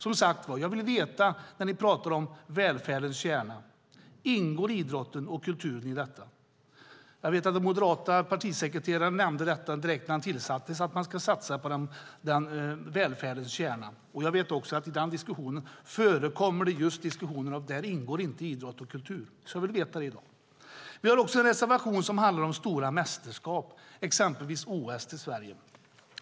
Jag vill, som sagt, veta om idrotten och kulturen ingår i detta, när ni pratar om välfärdens kärna? Jag vet att den moderata partisekreteraren direkt när han tillsattes nämnde att man ska satsa på välfärdens kärna. Jag vet också att det i den diskussion som förekommer inte ingår idrott och kultur. Detta vill jag alltså veta i dag. Vi har också en reservation som handlar om stora mästerskap, exempelvis OS, till Sverige.